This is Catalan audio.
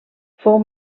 fou